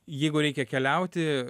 jeigu reikia keliauti